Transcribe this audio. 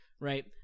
right